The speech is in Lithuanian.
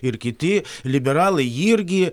ir kiti liberalai irgi